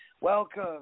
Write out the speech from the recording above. welcome